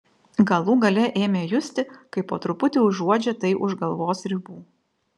galų gale ėmė justi kaip po truputį užuodžia tai už galvos ribų